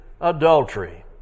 adultery